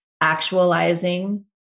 actualizing